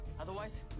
Otherwise